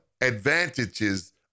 advantages